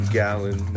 gallon